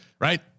right